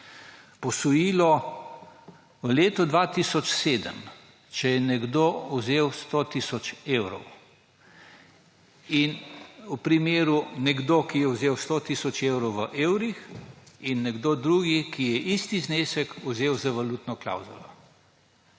Posojilo v letu 2007, če je nekdo vzel 100 tisoč evrov; in v primeru, nekdo, ki je vzel 100 tisoč evrov v evrih, in nekdo drug, ki je isti znesek vzel z valutno klavzulo.